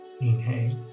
inhale